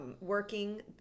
working